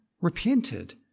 repented